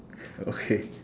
okay